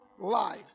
life